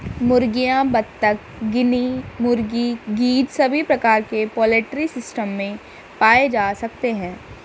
मुर्गियां, बत्तख, गिनी मुर्गी, गीज़ सभी प्रकार के पोल्ट्री सिस्टम में पाए जा सकते है